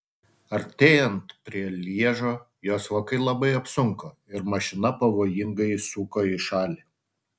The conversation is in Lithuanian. artėjant prie lježo jos vokai labai apsunko ir mašina pavojingai išsuko į šalį